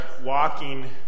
Walking